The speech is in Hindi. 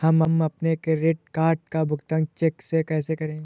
हम अपने क्रेडिट कार्ड का भुगतान चेक से कैसे करें?